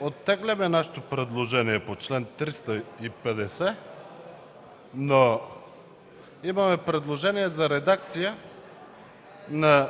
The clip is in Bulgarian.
Оттегляме нашето предложение по чл. 350, но имаме предложение за редакция на